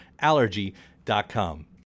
allergy.com